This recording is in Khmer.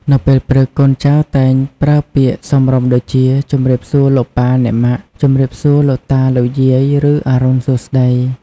នៅពេលព្រឹក កូនចៅតែងប្រើពាក្យសមរម្យដូចជា ជម្រាបសួរលោកប៉ាអ្នកម៉ាក់ ជំរាបសួរលោកតាលោកយាយ ឬ អរុណសួស្តី។